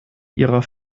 ihrer